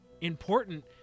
important